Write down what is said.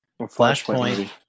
flashpoint